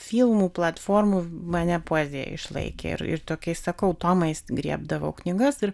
filmų platformų mane poezija išlaikė ir ir tokiais sakau tomais griebdavau knygas ir